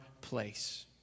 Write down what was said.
place